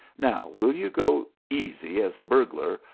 now, will you go easy as a burglar,